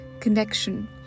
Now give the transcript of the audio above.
connection